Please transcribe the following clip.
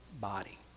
body